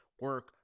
Work